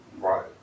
Right